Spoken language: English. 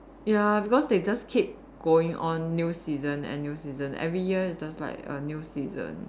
ya because they just keep going on new season and new season every year is just like a new season